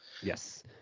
Yes